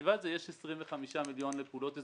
מלבד זה יש 25 מיליון לפעולות אזוריות.